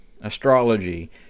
astrology